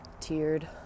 tiered